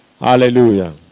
Hallelujah